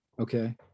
Okay